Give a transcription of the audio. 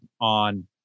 on